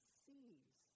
sees